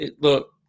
Look